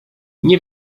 nie